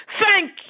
Thank